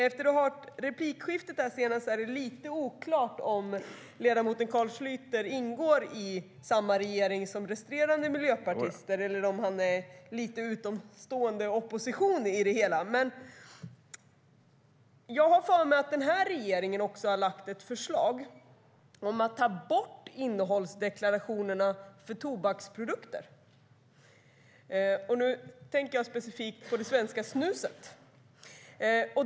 Efter att ha hört det senaste replikskiftet är det lite oklart om ledamoten Carl Schlyter ingår i samma regering som resterande miljöpartister eller om han är en lite utomstående opposition. Jag har för mig att regeringen har lagt fram ett förslag om att ta bort innehållsdeklarationerna för tobaksprodukter. Jag tänker specifikt på det svenska snuset.